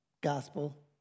gospel